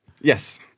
Yes